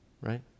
Right